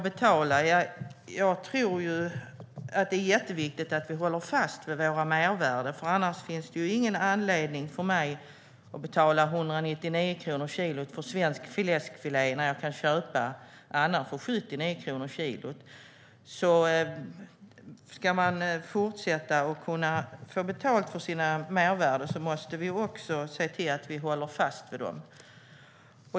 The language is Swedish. Det är viktigt att vi håller fast vid våra mervärden. Annars finns det ingen anledning för mig att betala 199 kronor kilot för svensk fläskfilé när jag kan köpa annan fläskfilé för 79 kronor kilot. Om vi ska fortsätta att få betalt för våra mervärden måste vi se till att hålla fast vid dem.